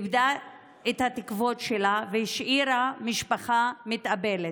איבדה את התקוות שלה והשאירה משפחה מתאבלת.